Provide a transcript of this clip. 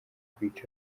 kwica